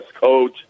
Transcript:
coach